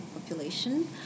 population